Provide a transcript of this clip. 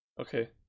Okay